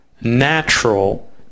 natural